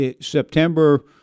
september